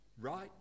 right